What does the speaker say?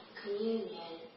communion